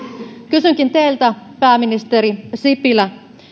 kysynkin teiltä pääministeri sipilä